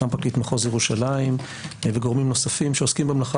גם פרקליט מחוז ירושלים וגורמים נוספים שעוסקים במלאכה